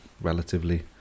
relatively